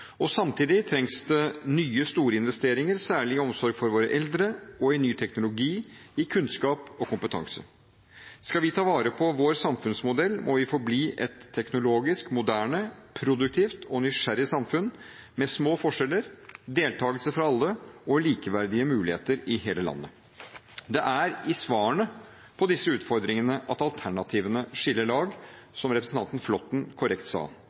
Samtidig trengs det nye, store investeringer, særlig innen omsorg for våre eldre, ny teknologi, kunnskap og kompetanse. Skal vi ta vare på vår samfunnsmodell, må vi forbli et teknologisk moderne, produktivt og nysgjerrig samfunn med små forskjeller, deltakelse fra alle og likeverdige muligheter i hele landet. Det er i svarene på disse utfordringene at alternativene skiller lag, som representanten Flåtten korrekt sa.